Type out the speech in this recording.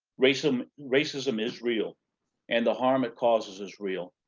racism racism is real and the harm it causes is real.